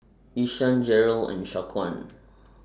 Ishaan Jerrold and Shaquan